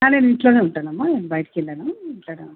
నేను ఇంట్లో ఉంటాను అమ్మ నేను బయటికి వెళ్ళను ఇంట్లో ఉంటాను